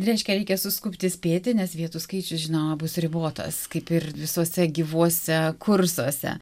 reiškia reikia suskubti spėti nes vietų skaičius žinoma bus ribotas kaip ir visuose gyvuose kursuose